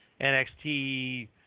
NXT